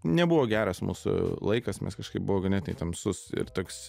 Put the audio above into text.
nebuvo geras mūsų laikas mes kažkaip buvo ganėtinai tamsus ir toks